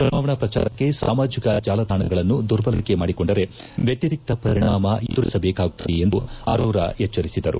ಚುನಾವಣಾ ಪ್ರಚಾರಕ್ಕೆ ಸಾಮಾಜಕ ಜಾಲತಾಣಗಳನ್ನು ದುರ್ಬಳಕೆ ಮಾಡಿಕೊಂಡರೆ ವ್ಯತಿರಿಕ್ತ ಪರಿಣಾಮ ಎದುರಿಸಬೇಕಾಗುತ್ತದೆ ಎಂದು ಅರೋರಾ ಎಚ್ಚರಿಸಿದರು